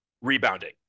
rebounding